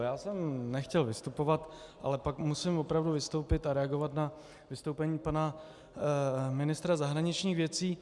Já jsem nechtěl vystupovat, ale pak musím opravdu vystoupit a reagovat na vystoupení pana ministra zahraničních věcí.